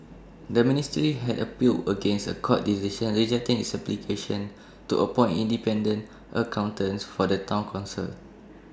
the ministry had appealed against A court decision rejecting its application to appoint independent accountants for the Town Council